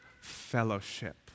fellowship